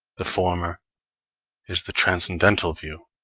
the former is the transcendental view,